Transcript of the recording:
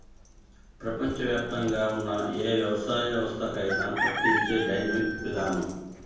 ప్రపంచవ్యాప్తంగా ఉన్న ఏ వ్యవసాయ వ్యవస్థకైనా వర్తించే డైనమిక్ విధానం